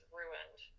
ruined